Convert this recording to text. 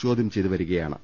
ചോദ്യം ചെയ്തുവരികയാ ണ്